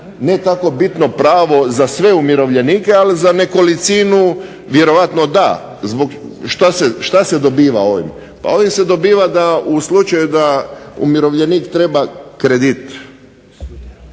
ne tako bitno pravo za sve umirovljenike ali za nekolicinu vjerojatno da. Što se dobiva ovim? Pa ovim se dobiva u slučaju da umirovljenik treba